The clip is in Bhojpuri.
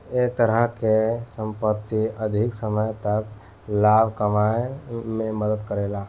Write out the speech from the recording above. ए तरह के संपत्ति अधिक समय तक लाभ कमाए में मदद करेला